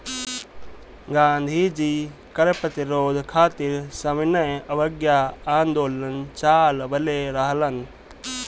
गांधी जी कर प्रतिरोध खातिर सविनय अवज्ञा आन्दोलन चालवले रहलन